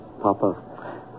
Papa